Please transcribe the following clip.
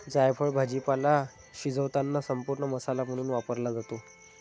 जायफळ भाजीपाला शिजवताना संपूर्ण मसाला म्हणून वापरला जातो